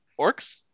orcs